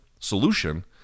solution